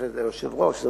ובתוספת היושב-ראש.